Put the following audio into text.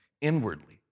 inwardly